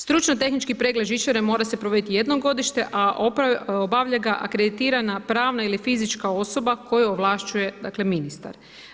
Stručno tehnički pregled žičare mora se provoditi jednom godišnje, a obavlja ga akreditirana pravna ili fizička osoba koju ovlašćuje dakle ministar.